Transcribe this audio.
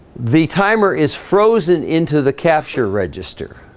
the timer is frozen into the capture register